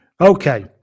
Okay